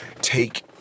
take